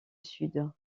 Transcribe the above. sud